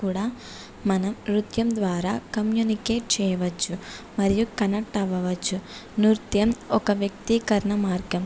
కూడా మన నృత్యం ద్వారా కమ్యూనికేట్ చేయవచ్చు మరియు కనెక్ట్ అవ్వవచ్చు నృత్యం ఒక వ్యక్తీకరణ మార్గం